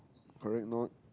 correct or not